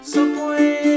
Subway